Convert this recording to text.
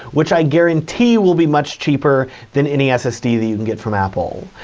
which i guarantee will be much cheaper than any ssd that you can get from apple.